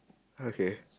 okay